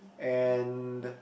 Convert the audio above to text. and